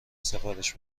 سفارش